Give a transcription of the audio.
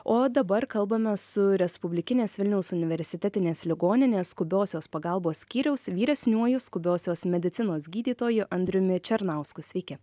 o dabar kalbamės su respublikinės vilniaus universitetinės ligoninės skubiosios pagalbos skyriaus vyresniuoju skubiosios medicinos gydytoju andriumi černausku sveiki